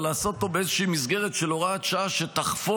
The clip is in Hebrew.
אבל לעשות אותו באיזושהי מסגרת של הוראת שעה שתחפוף